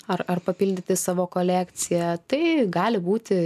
ar ar papildyti savo kolekciją tai gali būti